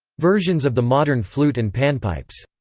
versions of the modern flute and panpipes.